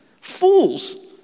Fools